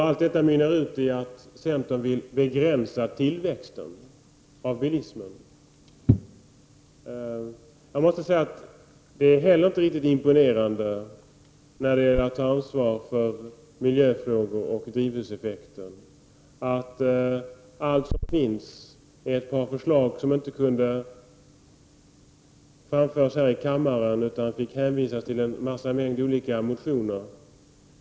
Allt detta mynnar ut i att centern vill begränsa tillväxten av bilismen. Jag måste säga att inte det heller är riktigt imponerande, att allt som finns när det gäller att ta ansvar för miljöfrågor och växthuseffekt är ett par förslag som inte kunde framföras här i kammaren, utan jag hänvisades till en mängd olika motioner.